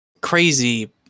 crazy